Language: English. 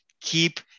keep